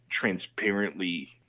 transparently